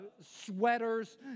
sweaters